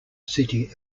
city